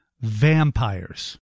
Vampires